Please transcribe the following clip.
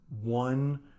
One